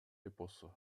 эпосу